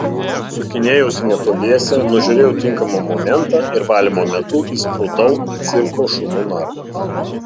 sukinėjausi netoliese nužiūrėjau tinkamą momentą ir valymo metu įsprūdau į cirko šunų narvą